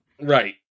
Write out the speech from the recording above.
right